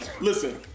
listen